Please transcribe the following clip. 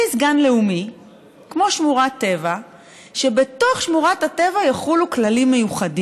יש איזה דיסקליימר פה כללי ששורה מעל הבניין: כל אחד שעולה,